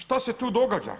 Šta se tu događa?